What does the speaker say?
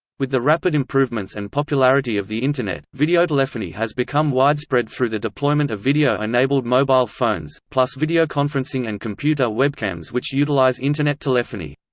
with the rapid improvements and popularity of the internet, videotelephony has become widespread through the deployment of video-enabled mobile phones, plus videoconferencing and computer webcams which utilize internet telephony.